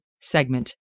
segment